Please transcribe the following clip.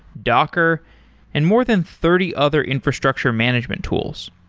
docker and more than thirty other infrastructure management tools.